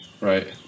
right